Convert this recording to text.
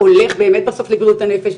הולך באמת בסוף לבריאות הנפש.